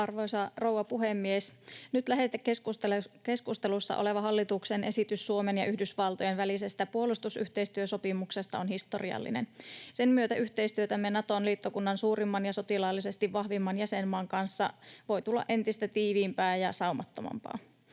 Arvoisa rouva puhemies! Nyt lähetekeskustelussa oleva hallituksen esitys Suomen ja Yhdysvaltojen välisestä puolustusyhteistyösopimuksesta on historiallinen. Sen myötä yhteistyöstämme Naton liittokunnan suurimman ja sotilaallisesti vahvimman jäsenmaan kanssa voi tulla entistä tiiviimpää ja saumattomampaa.